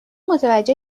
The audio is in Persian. متوجه